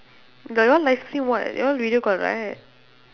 that one live stream what you all video call right